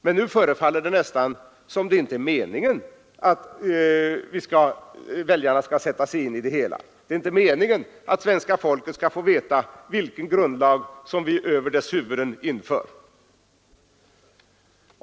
Men nu förefaller det nästan som om det inte är meningen att väljarna skall sätta sig in i det hela — det är inte meningen att svenska folket skall få veta vilken grundlag vi över dess huvud inför.